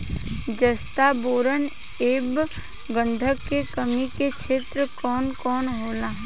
जस्ता बोरान ऐब गंधक के कमी के क्षेत्र कौन कौनहोला?